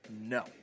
No